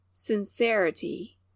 Sincerity